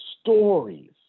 stories